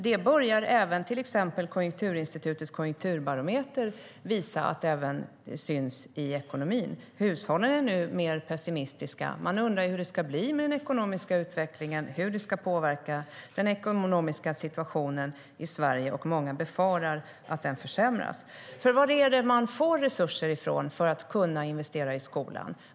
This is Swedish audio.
Nu börjar till exempel Konjunkturinstitutets konjunkturbarometer visa att det även syns i ekonomin. Hushållen är nu mer pessimistiska. Man undrar hur det ska bli med den ekonomiska utvecklingen och hur den ekonomiska situationen ska påverkas i Sverige. Många befarar att den försämras. Varifrån får man resurser till att kunna investera i skolan?